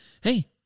hey